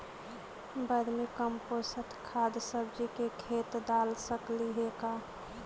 Vermi compost खाद सब्जी के खेत दाल सकली हे का?